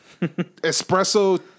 Espresso